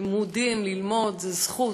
לימודים, ללמוד, זה זכות.